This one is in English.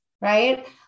right